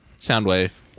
Soundwave